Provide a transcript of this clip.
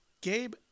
Gabe